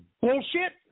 bullshit